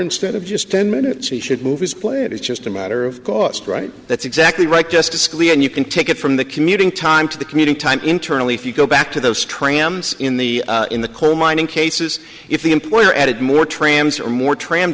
instead of just ten minutes he should move his play it is just a matter of cost right that's exactly right justice scalia and you can take it from the commuting time to the commuting time internally if you go back to those trams in the in the coalmining cases if the employer added more trams or more tram